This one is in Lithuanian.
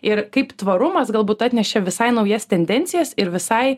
ir kaip tvarumas galbūt atnešė visai naujas tendencijas ir visai